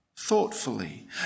thoughtfully